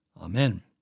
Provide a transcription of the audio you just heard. Amen